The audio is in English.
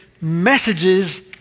messages